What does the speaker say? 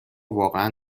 واقعا